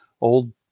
old